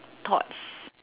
thoughts